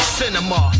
cinema